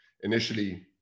initially